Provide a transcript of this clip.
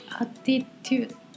attitude